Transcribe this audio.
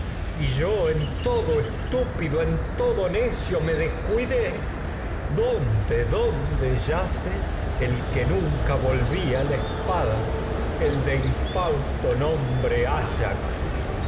y yo en todo necio me descuidé dónde dón estúpido yace el que nunca volvía la espalda el de infausto nombre ayax